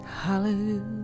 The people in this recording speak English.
Hallelujah